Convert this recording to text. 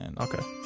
Okay